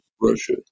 Russia